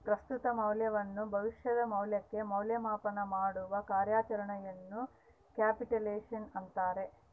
ಪ್ರಸ್ತುತ ಮೌಲ್ಯವನ್ನು ಭವಿಷ್ಯದ ಮೌಲ್ಯಕ್ಕೆ ಮೌಲ್ಯ ಮಾಪನಮಾಡುವ ಕಾರ್ಯಾಚರಣೆಯನ್ನು ಕ್ಯಾಪಿಟಲೈಸೇಶನ್ ಅಂತಾರ